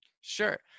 Sure